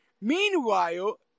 Meanwhile